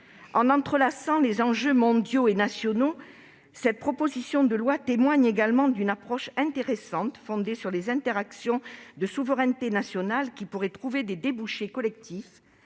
En entrelaçant les enjeux mondiaux et nationaux, cette proposition de loi témoigne également d'une approche intéressante, fondée sur les interactions de souverainetés nationales qui pourraient trouver des débouchés collectifs-